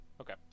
Okay